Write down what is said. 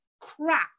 crap